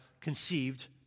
conceived